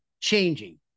changing